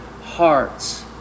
hearts